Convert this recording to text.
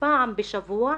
פעם בשבוע,